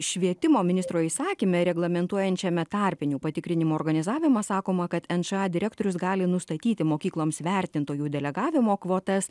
švietimo ministro įsakyme reglamentuojančiame tarpinių patikrinimų organizavimą sakoma kad nša direktorius gali nustatyti mokykloms vertintojų delegavimo kvotas